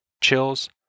chills